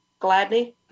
Gladney